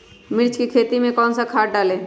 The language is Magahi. मिर्च की खेती में कौन सा खाद डालें?